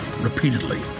repeatedly